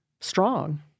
strong